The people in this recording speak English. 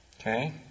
Okay